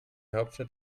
hauptstadt